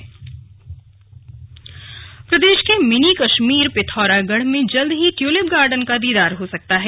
slug वित्त मंत्री प्रदेश के मिनी कश्मीर पिथौरागढ़ में जल्द ही ट्यूलिप गार्डन के दीदार हो सकते हैं